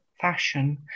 fashion